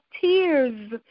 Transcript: tears